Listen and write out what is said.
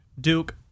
Duke